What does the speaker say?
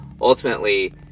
ultimately